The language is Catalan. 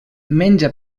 menja